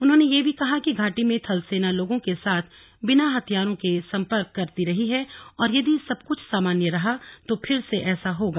उन्होंने यह भी कहा कि घाटी में थलसेना लोगों के साथ बिना हथियारों के सम्पर्क करती रही है और यदि सबकुछ सामान्य रहा तो फिर से ऐसा होगा